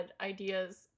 ideas